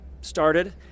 started